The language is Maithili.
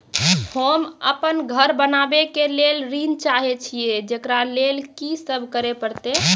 होम अपन घर बनाबै के लेल ऋण चाहे छिये, जेकरा लेल कि सब करें परतै?